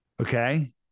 Okay